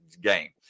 game